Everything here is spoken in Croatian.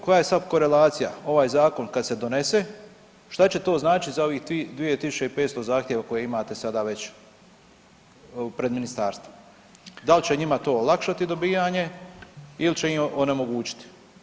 Koja je sad korelacija ovaj zakon kad se donese šta će to značit za ovih 2500 zahtjeva koje imate sada već pred ministarstvom, dal će njima to olakšati dobijanje ili će im onemogućiti?